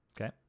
okay